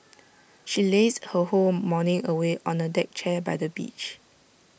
she lazed her whole morning away on A deck chair by the beach